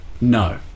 No